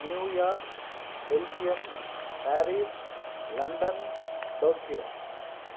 New York Belgium Paris London Tokyo